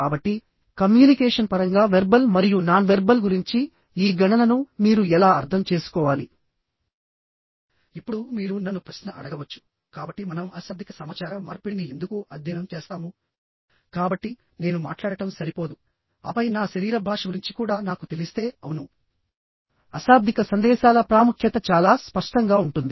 కాబట్టి కమ్యూనికేషన్ పరంగా వెర్బల్ మరియు నాన్ వెర్బల్ గురించి ఈ గణనను మీరు ఎలా అర్థం చేసుకోవాలి ఇప్పుడు మీరు నన్ను ప్రశ్న అడగవచ్చు కాబట్టి మనం అశాబ్దిక సమాచార మార్పిడిని ఎందుకు అధ్యయనం చేస్తాము కాబట్టి నేను మాట్లాడటం సరిపోదు ఆపై నా శరీర భాష గురించి కూడా నాకు తెలిస్తే అవును అశాబ్దిక సందేశాల ప్రాముఖ్యత చాలా స్పష్టంగా ఉంటుంది